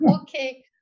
Okay